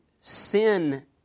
sin